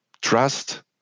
Trust